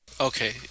Okay